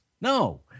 no